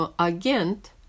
agent